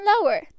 lower